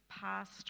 past